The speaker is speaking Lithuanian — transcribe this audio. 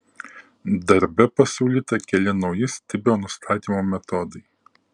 darbe pasiūlyta keli nauji stibio nustatymo metodai